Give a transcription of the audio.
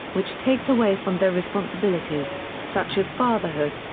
which takes away from their responsibilities, such as fatherhood.